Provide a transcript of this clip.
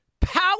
Power